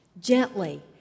gently